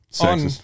on